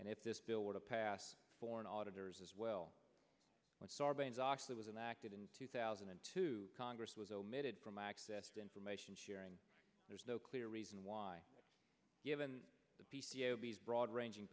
and if this bill would have passed for an auditor's as well what sarbanes oxley was enacted in two thousand and two congress was omitted from access to information sharing there's no clear reason why given the broad ranging